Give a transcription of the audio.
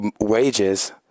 wages